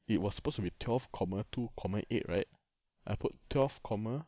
it was supposed to be twelve comma two comma eight right I put twelve comma